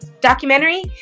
documentary